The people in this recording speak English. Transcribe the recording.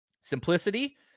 Simplicity